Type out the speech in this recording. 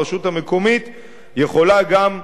הרשות המקומית יכולה גם,